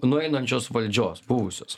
nueinančios valdžios buvusios